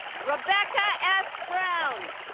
rebecca s. brown